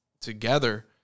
together